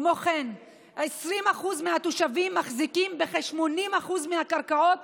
כמו כן, 20% מהתושבים מחזיקים בכ-80% מהקרקעות